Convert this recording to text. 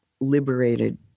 liberated